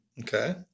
Okay